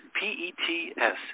P-E-T-S